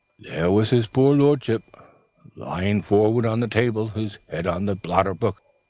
there was his poor lordship lying forward on the table, his head on the blotting-book,